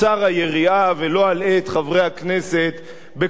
ולא אלאה את חברי הכנסת בכל עשרות הזיגזגים,